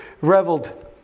reveled